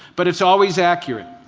but it's always accurate.